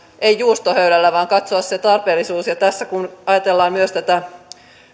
ei leikata juustohöylällä vaan katsoa se tarpeellisuus ja tässä kun ajatellaan myös tätä